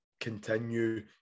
continue